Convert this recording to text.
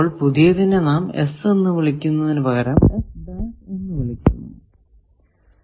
പുതിയതിനെ നാം എന്ന് വിളിക്കുന്നതിന് പകരം എന്ന് വിളിക്കുന്നു